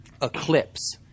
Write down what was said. eclipse